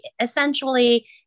essentially